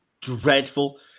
dreadful